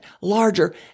larger